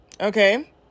Okay